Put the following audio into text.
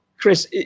Chris